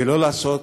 ולא לעשות